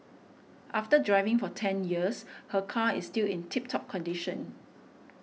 after driving for ten years her car is still in tip top condition